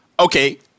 Okay